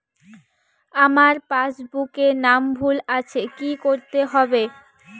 আমার পাসবুকে নাম ভুল আছে কি করতে হবে?